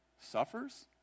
suffers